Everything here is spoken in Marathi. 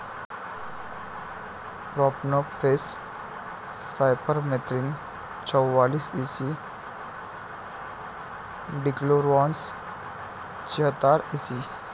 प्रोपनफेस सायपरमेथ्रिन चौवालीस इ सी डिक्लोरवास्स चेहतार ई.सी